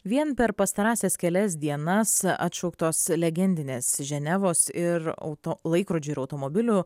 vien per pastarąsias kelias dienas atšauktos legendinės ženevos ir auto laikrodžių ir automobilių